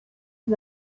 six